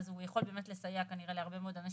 אז הוא יכול לסייע להרבה מאוד אנשים,